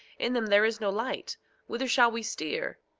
in them there is no light whither shall we steer?